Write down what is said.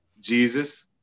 Jesus